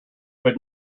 but